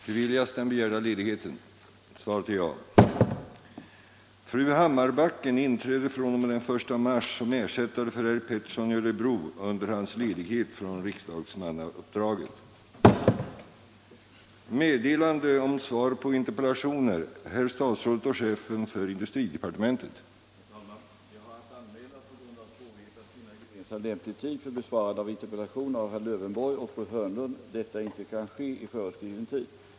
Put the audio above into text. Herr talman! Jag har att anmäla att på grund av svårigheter att finna gemensam lämplig tid för besvarande av interpellationer av herr Lövenborg och fru Hörnlund dessa inte kan besvaras inom föreskriven tid.